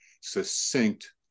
succinct